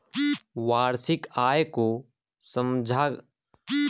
वार्षिक आय को समझना वेतनभोगी व्यक्तियों को अपने बजट की योजना बनाने में सहायता कर सकता है